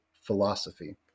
philosophy